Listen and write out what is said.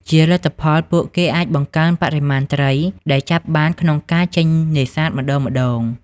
ជាលទ្ធផល ពួកគេអាចបង្កើនបរិមាណត្រីដែលចាប់បានក្នុងការចេញនេសាទម្តងៗ។